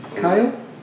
Kyle